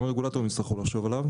גם הרגולטורים יצטרכו לחשוב עליו